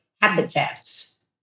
habitats